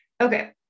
okay